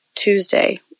Tuesday